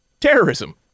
terrorism